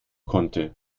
konnte